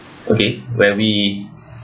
okay where we